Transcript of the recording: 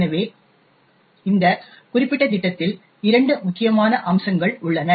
எனவே இந்த குறிப்பிட்ட திட்டத்தில் இரண்டு முக்கியமான அம்சங்கள் உள்ளன